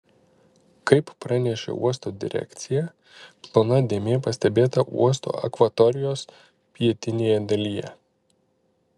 kaip pranešė uosto direkcija plona dėmė pastebėta uosto akvatorijos pietinėje dalyje